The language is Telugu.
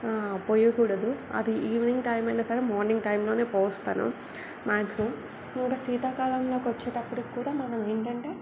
పొయ్యకూడదు అది ఈవెనింగ్ టైమ్ అయినా సరే మార్నింగ్ టైమ్లోనే పోస్తాను మ్యాక్సిమం ఇంకా శీతాకాలంలోకి వచ్చేటప్పటికి కూడా మనం ఏంటంటే